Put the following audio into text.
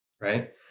Right